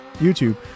youtube